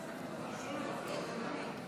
ההצעה הוסרה מסדר-היום.